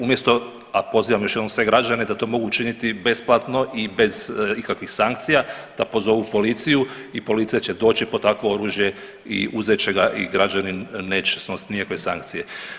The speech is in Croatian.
Umjesto, a pozivam još jednom sve građane da to mogu učiniti besplatno i bez ikakvih sankcija da pozovu policiju i policija će doći po takvo oružje i uzet će ga i građanin neće snositi nikakve sankcije.